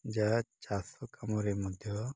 ଯାହା ଚାଷ କାମରେ ମଧ୍ୟ